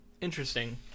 Interesting